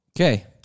Okay